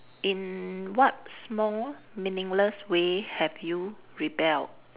in what small meaningless way have you rebelled